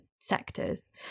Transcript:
sectors